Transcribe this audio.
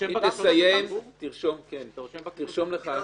היא תסיים, תרשום לך.